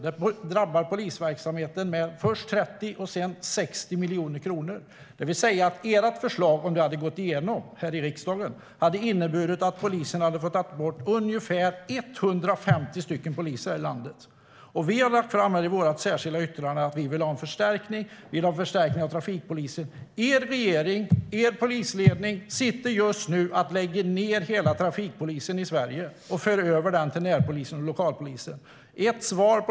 Det drabbar polisverksamheten med först 30 miljoner och sedan 60 miljoner kronor, det vill säga, ert förslag, om det hade gått igenom här i riksdagen, hade inneburit att man hade fått ta bort ungefär 150 poliser i landet. Vi har i vårt särskilda yttrande skrivit att vi vill ha en förstärkning av trafikpoliser. Er regering och er polisledning sitter just nu och lägger ned hela trafikpolisen i Sverige och för över den till närpolisen och lokalpolisen.